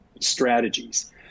strategies